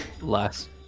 Less